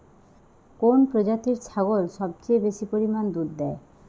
কোন প্রজাতির ছাগল সবচেয়ে বেশি পরিমাণ দুধ দেয়?